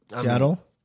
Seattle